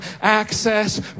access